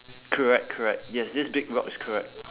correct correct yes this big rock is correct